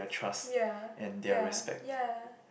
ya ya ya